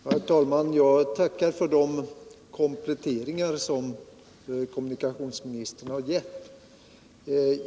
Herr talman! Jag tackar för de kompletteringar som kommunikationsministern gjort.